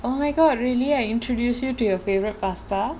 oh my god really I introduce you to your favourite pasta